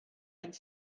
and